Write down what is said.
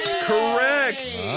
correct